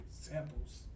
samples